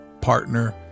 partner